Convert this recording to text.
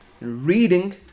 reading